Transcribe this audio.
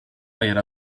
era